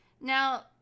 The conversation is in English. Now